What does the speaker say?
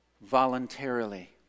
voluntarily